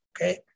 okay